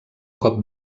cop